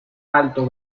alto